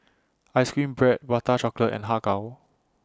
Ice Cream Bread Prata Chocolate and Har Kow